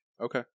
Okay